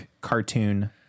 cartoon